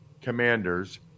Commanders